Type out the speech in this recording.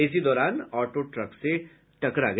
इसी दौरान auto truck से टकरा गया